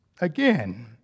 again